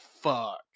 fuck